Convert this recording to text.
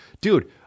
Dude